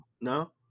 No